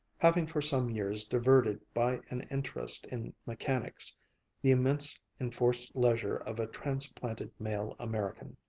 having for some years diverted by an interest in mechanics the immense enforced leisure of a transplanted male american.